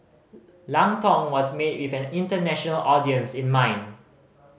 lang Tong was made with an international audience in mind